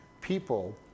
people